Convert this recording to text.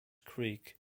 creek